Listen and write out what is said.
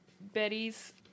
Betty's